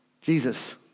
Jesus